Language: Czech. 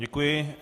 Děkuji.